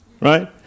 Right